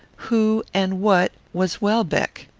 who and what was welbeck?